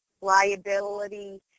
liability